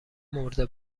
مرده